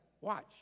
Watch